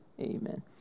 Amen